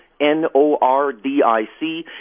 N-O-R-D-I-C